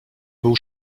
był